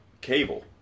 cable